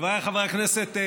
חבריי חברי הכנסת,